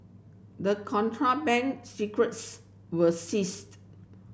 the contraband cigarettes were seized